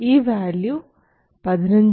ഈ വാല്യൂ 15 7